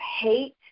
hate